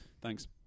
Thanks